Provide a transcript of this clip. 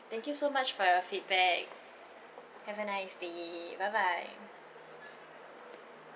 thank you so much for your feedback have a nice day bye bye